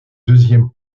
deuxième